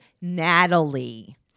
Natalie